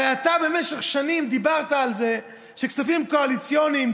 הרי אתה במשך שנים דיברת על זה שכספים קואליציוניים,